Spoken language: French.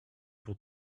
pour